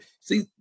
see